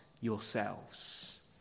yourselves